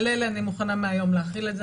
על אלה אני מוכנה מהיום להחיל את זה.